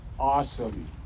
awesome